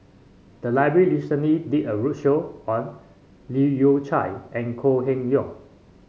the library recently did a roadshow on Leu Yew Chye and Kok Heng Leun